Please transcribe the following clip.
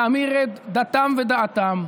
להמיר את דתם ודעתם,